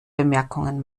bemerkungen